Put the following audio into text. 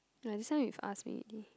ya this one you've asked already